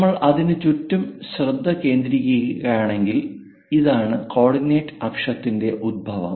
നമ്മൾ അതിനു ചുറ്റും ശ്രദ്ധ കേന്ദ്രീകരിക്കുകയാണെങ്കിൽ ഇതാണ് കോർഡിനേറ്റ് അക്ഷത്തിന്റെ ഉത്ഭവം